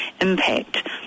impact